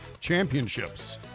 Championships